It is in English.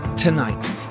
Tonight